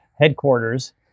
headquarters